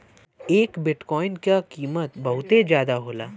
एक बिट्काइन क कीमत बहुते जादा होला